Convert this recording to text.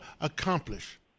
accomplish